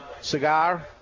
cigar